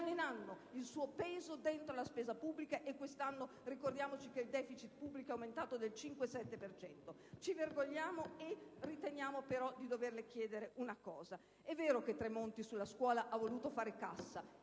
in anno il suo peso all'interno della spesa pubblica (quest'anno, ricordiamocelo, il *deficit* pubblico è aumentato del 5,7 per cento). Ci vergogniamo, e riteniamo, però, di doverle chiedere una cosa. È vero che Tremonti sulla scuola ha voluto fare cassa